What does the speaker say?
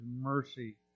mercy